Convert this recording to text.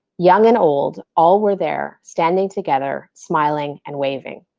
young and old, all were there standing together smiling and waving.